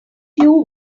few